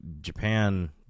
Japan